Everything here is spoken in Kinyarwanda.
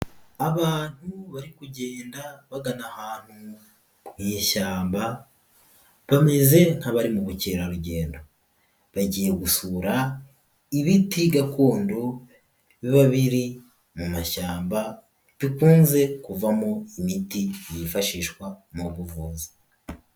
Abantu bari kugenda bagana ahantu mu ishyamba, bameze nk'abari mu bukerarugendo. Bagiye gusura ibiti gakondo biba biri mu mashyamba, bikunze kuvamo imiti yifashishwa mu buvuzi.